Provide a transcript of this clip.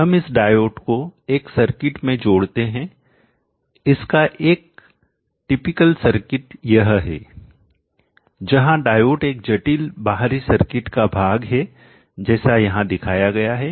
हम इस डायोड को एक सर्किट में जोड़ते हैं इसका एक टिपिकल विशेष सर्किट यह है जहां डायोड एक जटिल बाहरी सर्किट का भाग है जैसा यहां दिखाया गया है